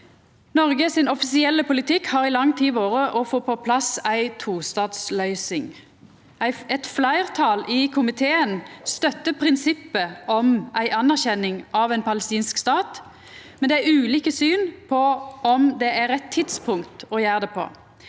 Noregs offisielle politikk har i lang tid vore å få på plass ei tostatsløysing. Eit fleirtal i komiteen støttar prinsippet om ei anerkjenning av ein palestinsk stat, men det er ulike syn på om det er rett tidspunkt å gjera det på.